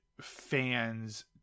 fans